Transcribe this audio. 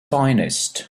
finest